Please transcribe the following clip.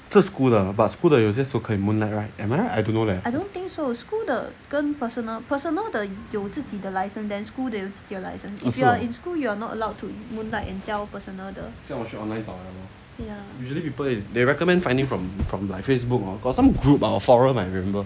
这 school 的 but school 的有些时候可以 moonlight right am I right I don't know leh is it 这样我去 online 找了 lor usually people in they recommend finding from from like facebook or got some group or forum I remember